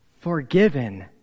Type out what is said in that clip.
forgiven